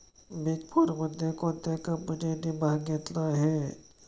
Big फोरमध्ये कोणत्या कंपन्यांनी भाग घेतला आहे?